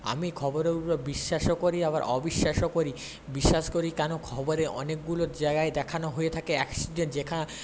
আমি খবরের বিশ্বাসও করি আবার অবিশ্বাসও করি বিশ্বাস করি কেন খবরের অনেকগুলো জায়গায় দেখানো হয়ে থাকে অ্যাক্সিডেন্ট যেখানে